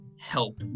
Help